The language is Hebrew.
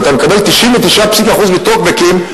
ואתה מקבל 99% בטוקבקים,